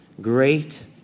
Great